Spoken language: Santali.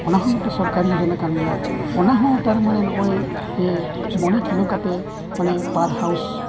ᱚᱱᱟᱦᱚᱸ ᱢᱤᱫᱴᱤᱡ ᱥᱚᱨᱠᱟᱨᱤ ᱡᱳᱡᱚᱱᱟ ᱠᱟᱱ ᱜᱮᱭᱟ ᱚᱱᱟᱦᱚᱸ ᱛᱟᱨᱢᱟᱱᱮ ᱱᱚᱜᱼᱚᱭ ᱢᱚᱬᱮ ᱠᱤᱞᱳ ᱠᱟᱛᱮᱫ ᱢᱟᱱᱮ ᱯᱟᱨ ᱦᱟᱣᱩᱥ